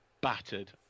battered